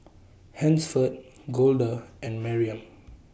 Hansford Golda and Mariam